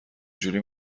جوری